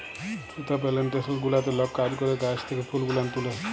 সুতা পেলেনটেসন গুলাতে লক কাজ ক্যরে গাহাচ থ্যাকে ফুল গুলান তুলে